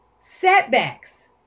Setbacks